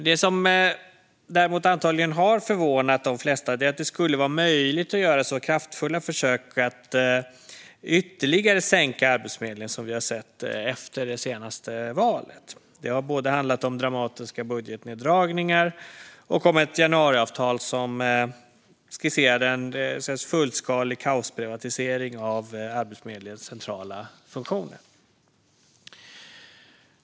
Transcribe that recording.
Det som däremot antagligen har förvånat de flesta är att det skulle vara möjligt att göra så kraftfulla försök att ytterligare sänka Arbetsförmedlingen som vi har sett efter det senaste valet. Det har handlat om både dramatiska budgetneddragningar och ett januariavtal som skisserade en fullskalig kaosprivatisering av Arbetsförmedlingens centrala funktioner.